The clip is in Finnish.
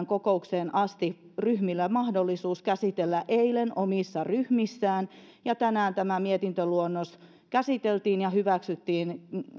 kokoukseen asti ryhmillä mahdollisuus käsitellä eilen omissa ryhmissään ja tänään tämä mietintöluonnos käsiteltiin ja hyväksyttiin